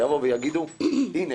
ויגידו: הינה,